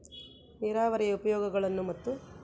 ನೇರಾವರಿಯ ಉಪಯೋಗಗಳನ್ನು ಮತ್ತು?